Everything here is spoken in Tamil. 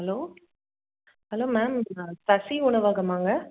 hello hello ma'am Sasi உணவகமாங்க